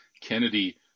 Kennedy